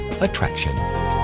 attraction